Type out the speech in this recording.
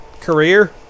career